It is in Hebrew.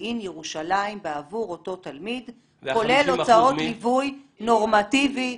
מודיעין-ירושלים בעבור אותו תלמיד כולל הוצאות ליווי נורמטיבי,